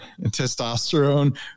testosterone